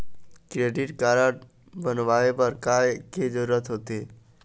Credit card बनवाए बर का के जरूरत होते?